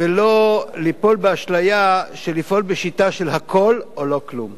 ולא ליפול באשליה של לפעול בשיטה של הכול או לא כלום.